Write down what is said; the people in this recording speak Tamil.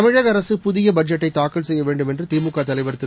தமிழக அரசு புதிய பட்ஜெட்டை தாக்கல் செய்ய வேண்டும் என்று திமுக தலைவா் திரு